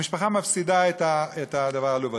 המשפחה מפסידה את הדבר העלוב הזה.